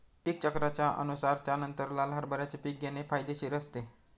पीक चक्राच्या अनुसार त्यानंतर लाल हरभऱ्याचे पीक घेणे फायदेशीर असतं